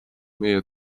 meie